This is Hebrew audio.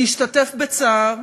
להשתתף בצער,